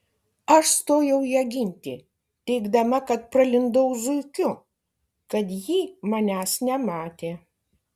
aš stojau ją ginti teigdama kad pralindau zuikiu kad jį manęs nematė